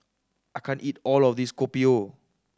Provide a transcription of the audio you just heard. I can't eat all of this Kopi O